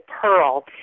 pearl